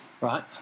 right